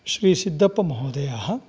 श्री सिद्धप्प महोदयः